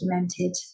documented